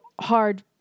hard